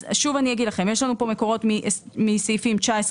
יש לנו פה מקורות מסעיף 19,